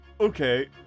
okay